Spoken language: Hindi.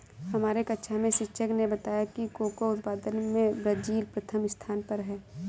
हमारे कक्षा में शिक्षक ने बताया कि कोको उत्पादन में ब्राजील प्रथम स्थान पर है